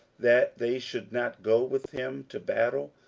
that they should not go with him to battle,